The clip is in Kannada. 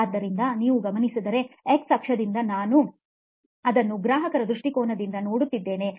ಆದ್ದರಿಂದ ನೀವು ಗಮನಿಸಿದರೆ ಎಕ್ಸ್ ಅಕ್ಷದಲ್ಲಿ ನಾವು ಅದನ್ನು ಗ್ರಾಹಕರ ದೃಷ್ಟಿಕೋನದಿಂದ ನೋಡುತ್ತಿದ್ದೇವೆ